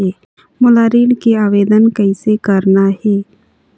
मोला ऋण के आवेदन कैसे करना हे?